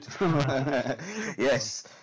Yes